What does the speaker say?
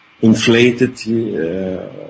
inflated